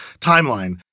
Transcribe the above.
timeline